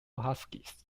huskies